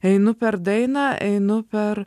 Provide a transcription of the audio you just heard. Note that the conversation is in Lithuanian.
einu per dainą einu per